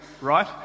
right